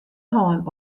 hân